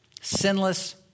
sinless